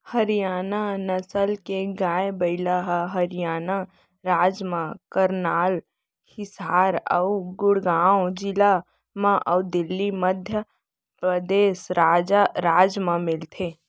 हरियाना नसल के गाय, बइला ह हरियाना राज म करनाल, हिसार अउ गुड़गॉँव जिला म अउ दिल्ली, मध्य परदेस राज म मिलथे